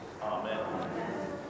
Amen